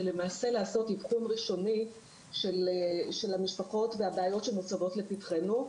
למעשה לעשות אבחון ראשוני של המשפחות והבעיות שמוצבות לפתחנו.